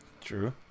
True